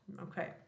Okay